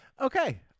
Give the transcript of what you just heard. Okay